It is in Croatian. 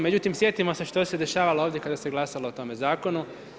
Međutim sjetimo se šta se dešavalo ovdje kada se glasalo o tome zakonu.